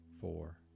four